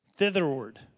thitherward